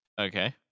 Okay